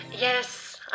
Yes